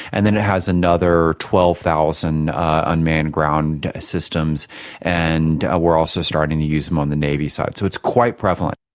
and then it has another twelve thousand unmanned ground systems and ah we're also starting to use them on the navy side, so it's quite prevalent.